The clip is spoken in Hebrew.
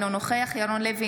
אינו נוכח ירון לוי,